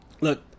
look –